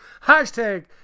Hashtag